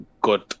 good